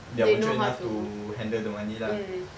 they are mature enough to handle the money lah